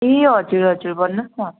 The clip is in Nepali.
ए हजुर हजुर भन्नुहोस् न